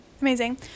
Amazing